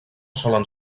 solen